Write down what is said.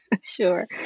Sure